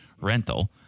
rental